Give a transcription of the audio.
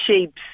shapes